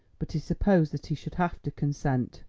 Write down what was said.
but he supposed that he should have to consent.